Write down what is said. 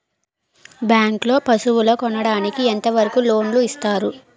Bank లో పశువుల కొనడానికి ఎంత వరకు లోన్ లు ఇస్తారు?